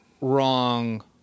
wrong